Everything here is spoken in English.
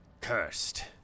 cursed